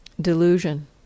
delusion